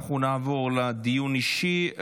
אנחנו נעבור לדיון האישי.